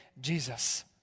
Jesus